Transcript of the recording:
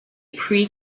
pre